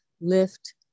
lift